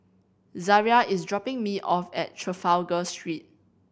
Zaria is dropping me off at Trafalgar Street